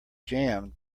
jammed